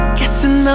Guessing